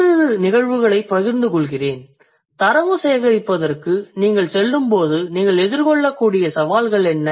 ஓரிரு நிகழ்வுகளைப் பகிர்ந்து கொள்கிறேன் தரவு சேகரிப்புக்கு நீங்கள் செல்லும்போது நீங்கள் எதிர்கொள்ளக்கூடிய சவால்கள் என்ன